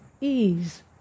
ease